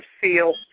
feel